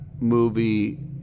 movie